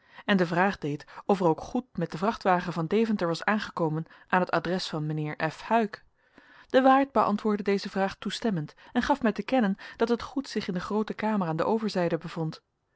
en de vraag deed of er ook goed met den vrachtwagen van deventer was aangekomen aan het adres van mr f huyck de waard beantwoordde deze vraag toestemmend en gaf mij te kennen dat het goed zich in de groote kamer aan de overzijde bevond